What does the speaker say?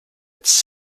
its